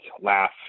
laugh